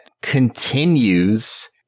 continues